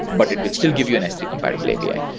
but it will still give you an s three compatible api.